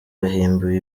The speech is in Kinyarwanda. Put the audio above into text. yahimbiwe